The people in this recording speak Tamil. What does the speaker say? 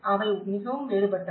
அவை மிகவும் வேறுபட்டவை